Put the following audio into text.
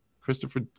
Christopher